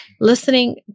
listening